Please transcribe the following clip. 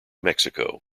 mexico